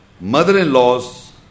mother-in-laws